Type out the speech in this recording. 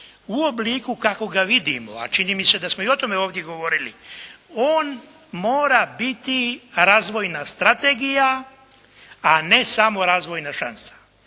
U obliku kako ga vidimo, a čini mi se da smo i o tome ovdje govorili, on mora biti razvojna strategija, a ne samo razvojna šansa.